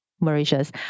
Mauritius